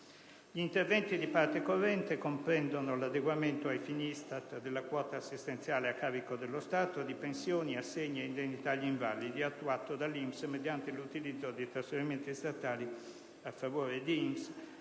Gli interventi di parte corrente comprendono l'adeguamento ai fini ISTAT della quota assistenziale a carico dello Stato di pensioni, assegni e indennità agli invalidi, attuato dall'INPS mediante l'utilizzo di trasferimenti statali a favore di INPS